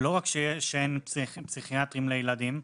לא רק שאין פסיכיאטרים לילדים,